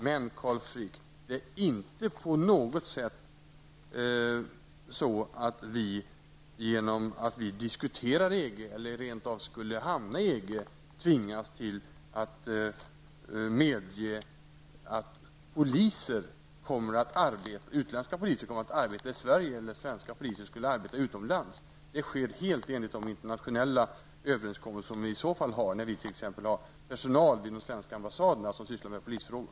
Men, Carl Frick, genom att vi diskuterar EG eller rent av blir medlemmar i EG kommer vi inte på något sätt att tvingas till att medge att utländska poliser skall få arbeta i Sverige eller att svenska poliser skall arbeta utomlands. Detta sker helt enligt de internationella överenskommelser som vi har träffat om att t.ex. ha personal vid de svenska ambassaderna som sysslar med polisfrågor.